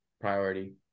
priority